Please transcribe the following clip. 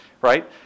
right